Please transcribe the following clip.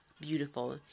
beautiful